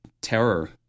terror